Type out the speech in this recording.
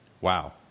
Wow